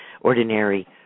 ordinary